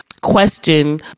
question